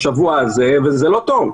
בשבוע הזה, וזה לא טוב.